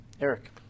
Eric